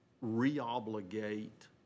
re-obligate